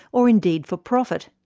or indeed for profit.